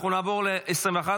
אנחנו נעבור ל-21.